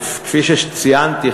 וכפי שציינתי,